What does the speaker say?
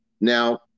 Now